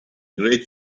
green